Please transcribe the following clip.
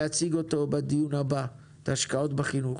אני מבקש להציג בדיון הבא את ההשקעות בחינוך.